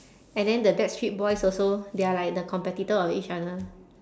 and then the backstreet boys also they are like the competitor of each other